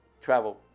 travel